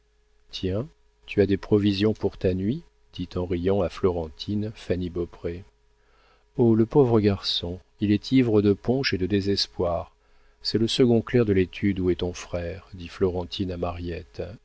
tiens tu as des provisions pour ta nuit dit en riant à florentine fanny beaupré oh le pauvre garçon il est ivre de punch et de désespoir c'est le second clerc de l'étude où est ton frère dit florentine à mariette